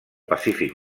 pacífic